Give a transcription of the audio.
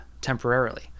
temporarily